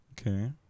Okay